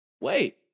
Wait